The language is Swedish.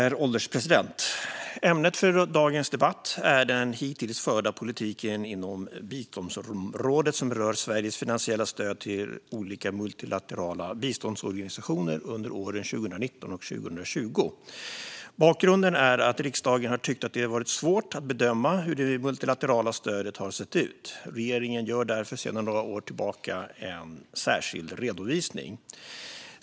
Herr ålderspresident! Ämnet för dagens debatt är den hittills förda politiken inom biståndsområdet som rör Sveriges finansiella stöd till olika multilaterala biståndsorganisationer under åren 2019 och 2020. Bakgrunden är att riksdagen har tyckt att det har varit svårt att bedöma hur det multilaterala stödet har sett ut. Regeringen gör därför sedan några år tillbaka en särskild redovisning.